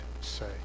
say